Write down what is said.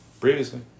previously